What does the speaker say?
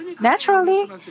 Naturally